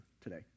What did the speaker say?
today